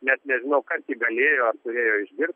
net nežinau kas ji galėjo as turėjo išgirst